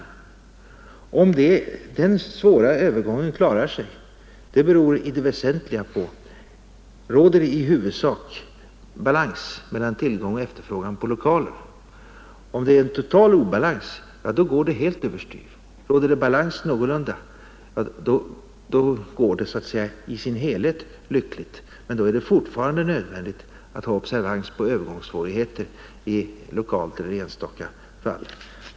Om vi klarar den svåra övergången beror väsentligen på om det i huvudsak råder balans mellan tillgång och efterfrågan på lokaler. Om det är en total obalans, går det alltsammans över styr. Råder det någorlunda balans går det hela i stort sett lyckligt, men då är det fortfarande nödvändigt att ha observans på övergångssvårigheter lokalt eller i enstaka fall.